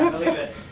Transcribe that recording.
believe it.